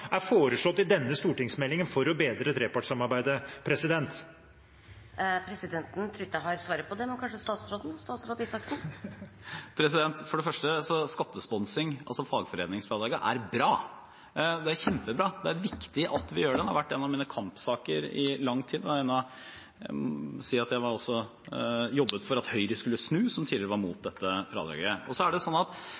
er foreslått i denne stortingsmeldingen for å bedre trepartssamarbeidet, president? Presidenten tror ikke hun har svaret på det, men kanskje statsråden har? For det første – når det gjelder skattesponsing, er fagforeningsfradraget bra, det er kjempebra. Det er viktig at vi har det, og det har vært en av mine kampsaker i lang tid. Jeg må også si at jeg jobbet for at Høyre, som tidligere var mot